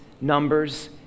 Numbers